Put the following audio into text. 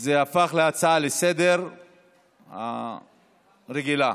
זה הפך להצעה לסדר-היום רגילה,